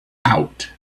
out